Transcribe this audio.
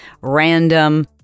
random